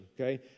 Okay